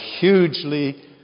hugely